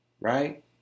Right